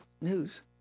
news